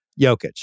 Jokic